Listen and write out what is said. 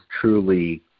truly